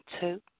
two